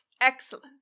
Excellent